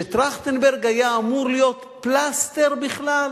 שטרכטנברג היה אמור להיות פלסטר בכלל